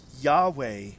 Yahweh